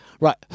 Right